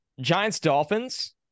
Giants-Dolphins